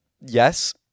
yes